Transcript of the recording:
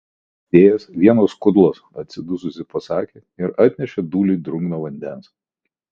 išsekęs išbadėjęs vienos kudlos atsidususi pasakė ir atnešė dūliui drungno vandens